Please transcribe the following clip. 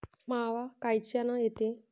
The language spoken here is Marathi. मावा कायच्यानं येते?